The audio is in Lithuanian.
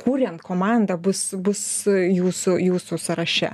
kuriant komandą bus bus jūsų jūsų sąraše